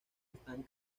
están